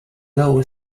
lower